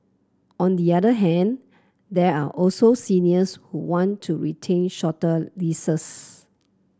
on the other hand there are also seniors who want to retain shorter leases